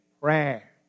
prayer